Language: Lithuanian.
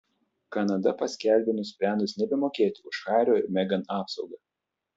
kanada paskelbė nusprendusi nebemokėti už hario ir megan apsaugą